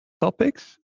topics